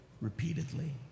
repeatedly